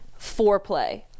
foreplay